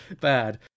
bad